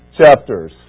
chapters